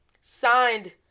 signed